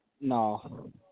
No